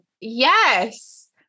Yes